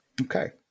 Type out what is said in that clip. Okay